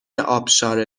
ابشار